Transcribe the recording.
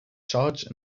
charge